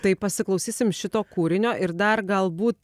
tai pasiklausysim šito kūrinio ir dar galbūt